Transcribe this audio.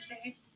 okay